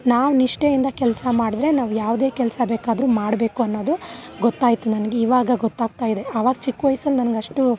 ನಾವು ನಿಷ್ಠೆಯಿಂದ ಕೆಲ್ಸ ಮಾಡಿದ್ರೆ ನಾವು ಯಾವುದೇ ಕೆಲ್ಸ ಬೇಕಾದ್ರು ಮಾಡಬೇಕು ಅನ್ನೋದು ಗೊತ್ತಾಯ್ತು ನನಗೆ ಇವಾಗ ಗೊತ್ತಾಗ್ತಾಯಿದೆ ಅವಾಗ ಚಿಕ್ಕ ವಯ್ಸಲ್ಲಿ ನನಗಷ್ಟು